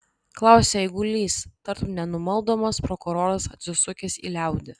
klausė eigulys tartum nenumaldomas prokuroras atsisukęs į liaudį